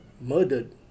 murdered